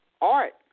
art